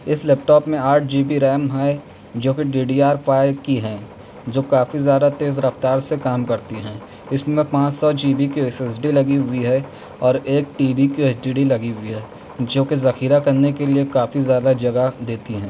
اس laptop میں آٹھ G B RAM ہے جو کہ ڈی ڈی آر فائیو کی ہیں جو کافی زیادہ تیز رفتار سے کام کرتی ہیں اس میں پانچ سو جی بی کی ایس ایس ڈی لگی ہوئی ہے اور ایک ٹی بی کی ایچ ڈی لگی ہوئی ہے جو کہ ذخیرہ کرنے کے لیے کافی زیادہ جگہ دیتی ہیں